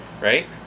Right